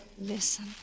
Listen